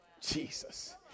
Jesus